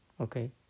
Okay